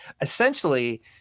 essentially